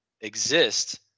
exist